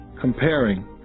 comparing